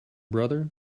brother